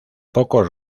pocos